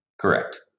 Correct